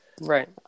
right